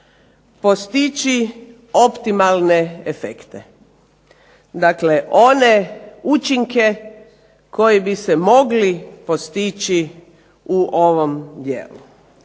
postići optimalne efekte. Dakle, one učinke koji bi se mogli postići u ovom dijelu.